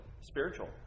spiritual